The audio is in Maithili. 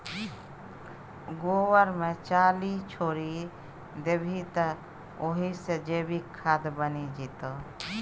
गोबर मे चाली छोरि देबही तए ओहि सँ जैविक खाद बनि जेतौ